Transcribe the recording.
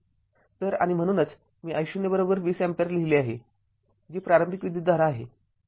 तर आणि म्हणूनच मी I0 २० अँपिअर लिहिले आहे जी प्रारंभिक विद्युतधारा आहे